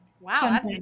wow